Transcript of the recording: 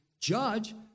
judge